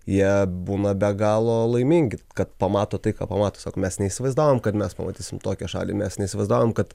jie būna be galo laimingi kad pamato tai ką pamato sako mes neįsivaizdavom kad mes pamatysim tokią šalį mes neįsivaizdavom kad